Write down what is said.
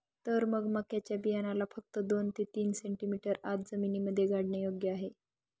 तर मग मक्याच्या बियाण्याला फक्त दोन ते तीन सेंटीमीटर आत जमिनीमध्ये गाडने योग्य आहे